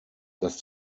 dass